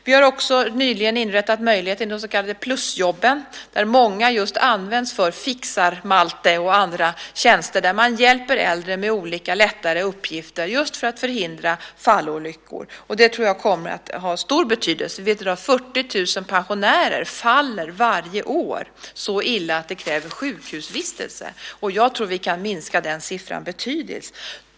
Vi har också nyligen inrättat möjligheterna till de så kallade plusjobben. De kan användas just i form av en Fixar-Malte som hjälper äldre med olika lättare uppgifter för att förhindra fallolyckor. Det tror jag kommer att ha stor betydelse. Vi vet att 40 000 pensionärer varje år faller så illa att det kräver sjukhusvistelse, och jag tror att vi kan minska den siffran betydligt.